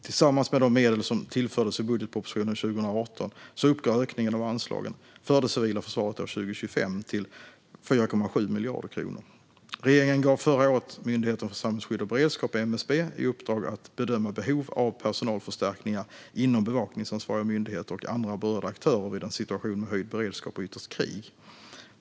Tillsammans med de medel som tillfördes i budgetpropositionen 2018 uppgår ökningen av anslagen för det civila försvaret 2025 till 4,7 miljarder kronor. Regeringen gav förra året Myndigheten för samhällsskydd och beredskap, MSB, i uppdrag att bedöma behov av personalförstärkningar inom bevakningsansvariga myndigheter och andra berörda aktörer vid en situation med höjd beredskap och ytterst krig.